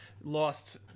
lost